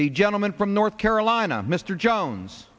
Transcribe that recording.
the gentleman from north carolina mr jones